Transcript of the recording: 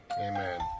Amen